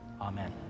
Amen